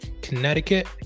Connecticut